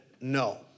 no